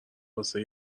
واسه